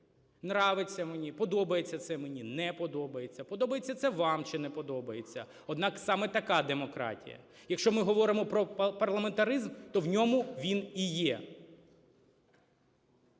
Нравиться мені, подобається це мені, не подобається. Подобається це вам чи не подобається. Однак саме така демократія. Якщо ми говоримо про парламентаризм, то в ньому він і є.